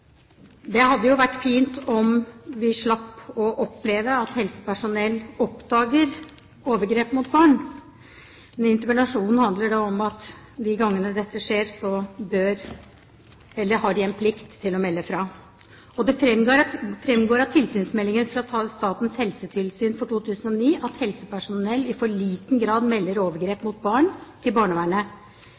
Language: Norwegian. Det hadde vært fint om vi slapp å oppleve at helsepersonell oppdager overgrep mot barn, men interpellasjonen handler om at de gangene dette skjer, har de en plikt til å melde fra. Og det framgår av tilsynsmeldinger fra Statens helsetilsyn for 2009 at helsepersonell i for liten grad melder overgrep mot barn til barnevernet